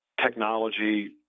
technology